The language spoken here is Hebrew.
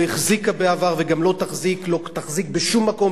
לא החזיקה בעבר וגם לא תחזיק בשום מקום,